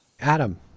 Adam